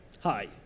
Hi